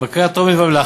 בקריאה טרומית בלבד.